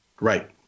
Right